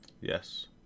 yes